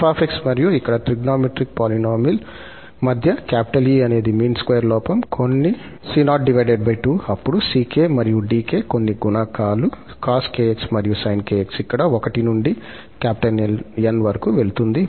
𝑓 𝑥 మరియు ఇక్కడ trigonometric polynomial మధ్య 𝐸 అనేది మీన్ స్క్వేర్ లోపం కొన్ని 𝑐0 2 అప్పుడు 𝑐𝑘 మరియు 𝑑𝑘 కొన్ని గుణకాలు cos 𝑘𝑥 మరియు sin 𝑘𝑥 ఇక్కడ 1 నుండి 𝑁 వరకు వెళుతుంది